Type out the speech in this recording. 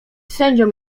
sędzią